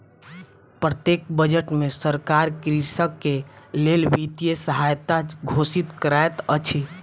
प्रत्येक बजट में सरकार कृषक के लेल वित्तीय सहायता घोषित करैत अछि